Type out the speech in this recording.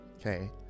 okay